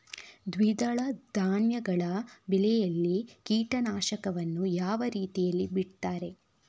ದ್ವಿದಳ ಧಾನ್ಯಗಳ ಬೆಳೆಯಲ್ಲಿ ಕೀಟನಾಶಕವನ್ನು ಯಾವ ರೀತಿಯಲ್ಲಿ ಬಿಡ್ತಾರೆ?